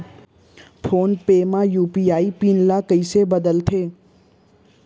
Phone पे म UPI pin ल कइसे बदलथे?